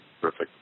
Perfect